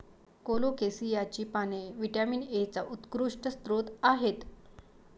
कोलोकेसियाची पाने व्हिटॅमिन एचा उत्कृष्ट स्रोत आहेत